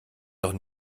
doch